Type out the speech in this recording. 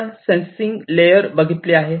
आपण sensing layer बघितली आहे